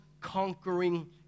conquering